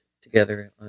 together